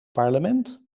parlement